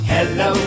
Hello